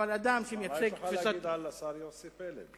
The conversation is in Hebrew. מה יש לך להגיד על השר יוסי פלד?